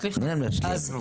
תני להם להשלים.